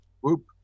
Whoop